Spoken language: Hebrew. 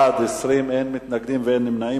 בעד, 20, אין מתנגדים ואין נמנעים.